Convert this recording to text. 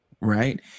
right